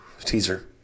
Teaser